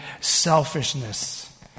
selfishness